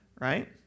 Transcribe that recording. right